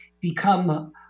become